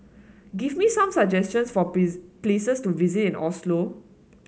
give me some suggestions for places to visit in Oslo